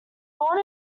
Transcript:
born